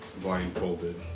blindfolded